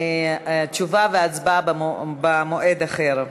תשובה והצבעה במועד אחר.